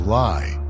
lie